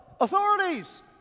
Authorities